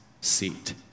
seat